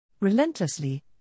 Relentlessly